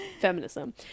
feminism